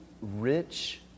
rich